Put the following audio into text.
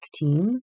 team